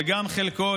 היא גם חלקו,